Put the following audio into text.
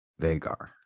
Vagar